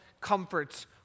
comforts